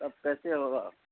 تب کیسے ہوگا